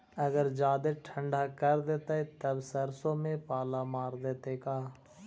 अगर जादे ठंडा कर देतै तब सरसों में पाला मार देतै का?